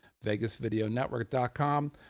vegasvideonetwork.com